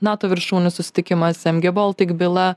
nato viršūnių susitikimas mg baltic byla